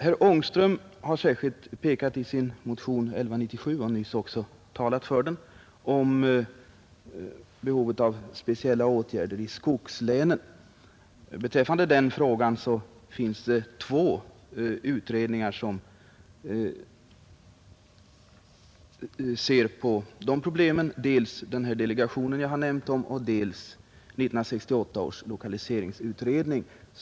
Herr Ångström har i motionen 1197, som han nyss talade för, pekat på behovet av specialister i skogslänen. Det finns redan två utredningar som arbetar med hithörande problem, dels den delegation jag här har nämnt, dels 1968 års lokaliseringsutredning.